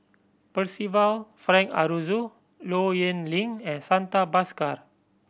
Percival Frank Aroozoo Low Yen Ling and Santha Bhaskar